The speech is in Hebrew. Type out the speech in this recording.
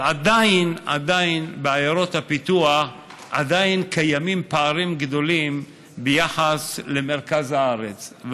אבל בעיירות הפיתוח עדיין קיימים פערים גדולים ביחס למרכז הארץ.